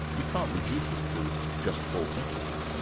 you can't reduce it to just four principles, can